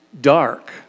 dark